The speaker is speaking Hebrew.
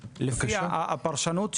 אמיתי, לפי הפרשנות.